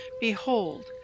behold